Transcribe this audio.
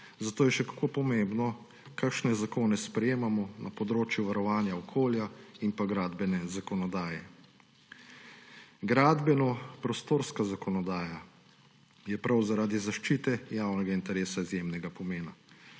zato je še kako pomembno, kakšne zakone sprejemamo na področju varovanja okolja in gradbene zakonodaje. Gradbeno-prostorska zakonodaja je prav zaradi zaščite javnega interesa izjemnega pomena.